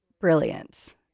brilliant